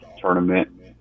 tournament